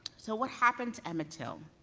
so, what happened to emmett till?